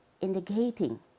indicating